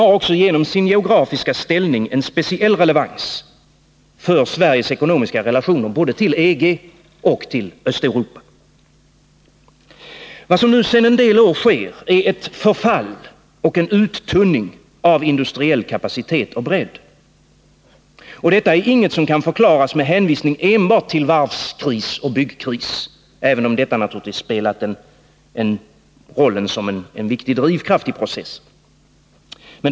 På grund av sitt geografiska läge har regionen också en speciell betydelse för Sveriges ekonomiska relationer både till EG och till Östeuropa. Vad som nu sedan ett antal år tillbaka sker är ett förfall och en uttunning av industriell kapacitet , och bredd. Detta är ingenting som kan förklaras enbart med hänvisning till varvskris och byggnadskris, även om dessa kriser har varit en viktig drivkraft i processen.